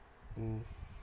mm